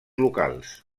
locals